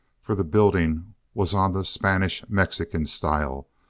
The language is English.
for the building was on the spanish-mexican style.